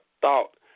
thought